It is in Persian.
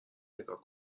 نیگا